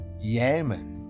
Yemen